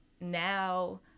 Now